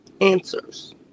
answers